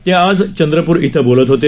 ते आज चंद्रपूर इथं बोलत होते